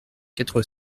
quatre